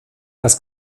das